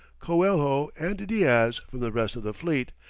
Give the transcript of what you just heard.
coelho, and diaz from the rest of the fleet,